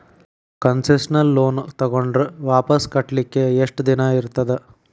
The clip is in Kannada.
ಕನ್ಸೆಸ್ನಲ್ ಲೊನ್ ತಗೊಂಡ್ರ್ ವಾಪಸ್ ಕಟ್ಲಿಕ್ಕೆ ಯೆಷ್ಟ್ ದಿನಾ ಇರ್ತದ?